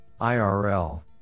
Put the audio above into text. IRL